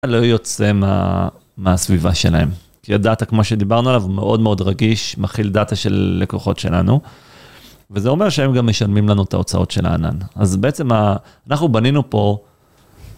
לא יוצא מהסביבה שלהם כי הדאטה כמו שדיברנו עליו הוא מאוד מאוד רגיש מכיל דאטה של לקוחות שלנו. וזה אומר שהם גם משלמים לנו את ההוצאות של הענן אז בעצם אנחנו בנינו פה.